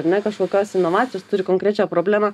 ar ne kažkokios inovacijos turi konkrečią problemą